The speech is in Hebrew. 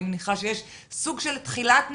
אני מניחה שיש סוג של תחילת נתונים.